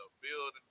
Building